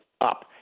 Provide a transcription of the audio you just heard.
up